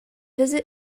visit